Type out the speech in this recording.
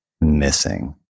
missing